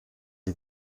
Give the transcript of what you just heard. die